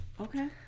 Okay